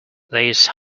these